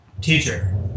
teacher